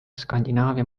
skandinaavia